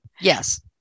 yes